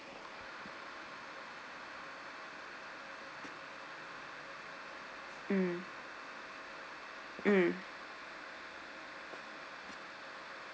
mm